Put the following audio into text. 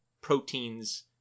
proteins